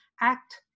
act